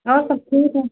और सब ठीक है